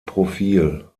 profil